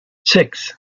six